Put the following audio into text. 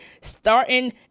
Starting